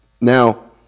Now